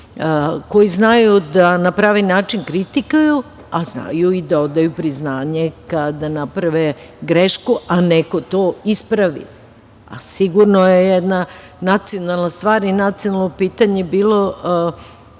koji znaju da na pravi način kritikuju, a znaju i da odaju priznanje kada naprave grešku, a neko to ispravi. Sigurno je jedna nacionalna stvar i nacionalno pitanje bilo